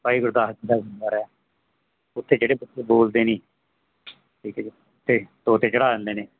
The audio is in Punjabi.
ਭਾਈ ਗੁਰਦਾਸ ਜੀ ਦਾ ਗੁਰਦੁਆਰਾ ਉੱਥੇ ਜਿਹੜੇ ਬੱਚੇ ਬੋਲਦੇ ਨਹੀਂ ਉੱਥੇ ਤੋਤੇ ਚੜਾ ਦਿੰਦੇ ਨੇ